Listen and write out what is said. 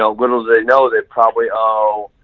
ah little do they know they probably owe,